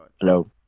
Hello